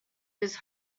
his